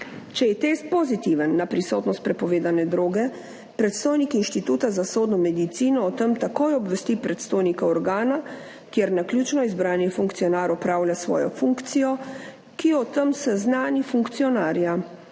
Če je test pozitiven na prisotnost prepovedane droge, predstojnik Inštituta za sodno medicino o tem takoj obvesti predstojnika organa, kjer naključno izbrani funkcionar opravlja svojo funkcijo, ki o tem seznani funkcionarja.